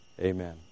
Amen